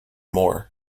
moore